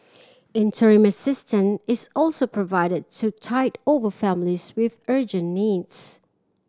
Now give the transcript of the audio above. interim assistance is also provided to tide over families with urgent needs